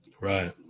Right